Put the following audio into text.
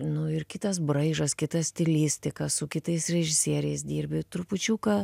nu ir kitas braižas kita stilistika su kitais režisieriais dirbi trupučiuką